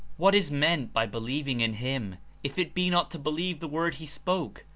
what is meant by believing in him if it be not to believe the word he spoke,